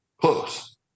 close